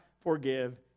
forgive